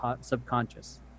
subconscious